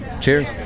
cheers